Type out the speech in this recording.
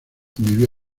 vivió